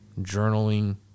journaling